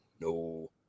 No